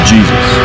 Jesus